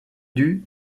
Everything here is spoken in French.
dut